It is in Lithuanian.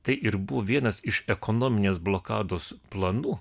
tai ir buvo vienas iš ekonominės blokados planų